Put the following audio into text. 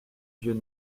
vieux